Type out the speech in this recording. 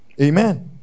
amen